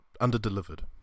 under-delivered